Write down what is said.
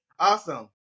Awesome